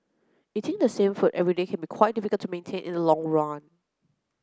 eating the same food every day can be quite difficult to maintain in long run